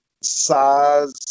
size